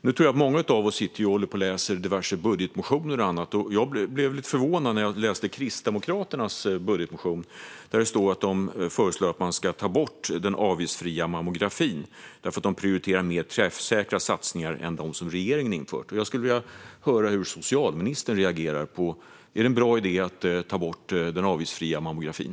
Jag tror att många av oss håller på och läser diverse budgetmotioner och annat, och jag blev lite förvånad när jag läste Kristdemokraternas budgetmotion där det står att de föreslår att man ska ta bort den avgiftsfria mammografin därför att de prioriterar mer träffsäkra satsningar än de som regeringen har infört. Jag skulle vilja höra hur socialministern reagerar på det. Är det en bra idé att ta bort den avgiftsfria mammografin?